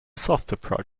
software